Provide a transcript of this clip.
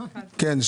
כן,